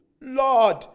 Lord